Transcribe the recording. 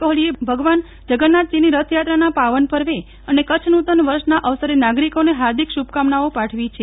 કોહલીએ ભગવાન જગન્નાથજીની રથયાત્રાના પાવનપર્વે અને કચ્છ નૂતન વર્ષના અવસરે નાગરિકોને હાર્દિક શુભકામનાઓ પાઠવી છે